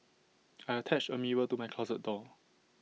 I attached A mirror to my closet door